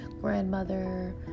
grandmother